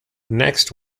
next